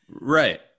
right